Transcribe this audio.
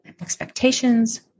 expectations